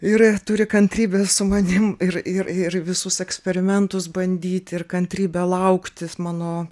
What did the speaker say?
ir turi kantrybės su manim ir ir ir visus eksperimentus bandyti ir kantrybę laukti mano